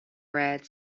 red